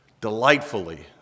delightfully